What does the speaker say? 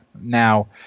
Now